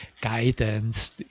guidance